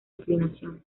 inclinación